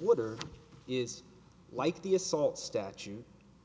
water is like the assault statute